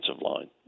line